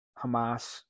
Hamas